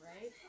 right